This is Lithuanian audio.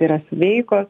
yra sveikos